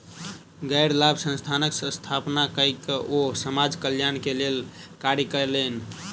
गैर लाभ संस्थानक स्थापना कय के ओ समाज कल्याण के लेल कार्य कयलैन